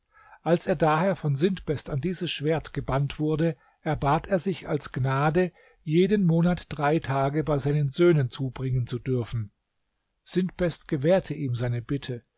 als er daher von sintbest an dieses schwert gebannt wurde erbat er sich als gnade jeden monat drei tage bei seinen söhnen zubringen zu dürfen sintbest gewährte ihm seine bitte